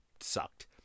sucked